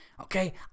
Okay